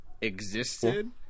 existed